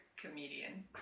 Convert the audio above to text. comedian